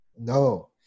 No